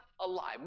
alive